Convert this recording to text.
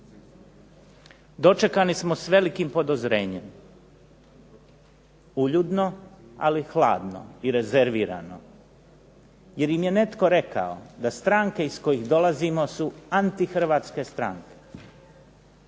Dočekani smo s velikim podozrenjem, uljudno, ali hladno i rezervirano, jer im je netko rekao da stranke iz kojih dolazimo su antihrvatske stranke.